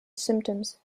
symptoms